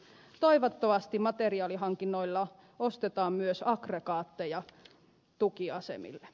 toivottavasti materiaalihankinnoilla ostetaan myös aggregaatteja tukiasemille